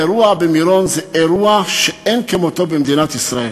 האירוע במירון הוא אירוע שאין כמותו במדינת ישראל.